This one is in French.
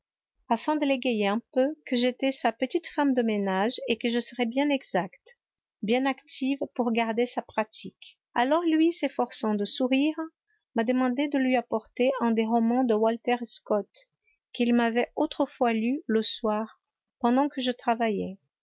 afin de l'égayer un peu que j'étais sa petite femme de ménage et que je serais bien exacte bien active pour garder sa pratique alors lui s'efforçant de sourire m'a demandé de lui apporter un des romans de walter scott qu'il m'avait autrefois lus le soir pendant que je travaillais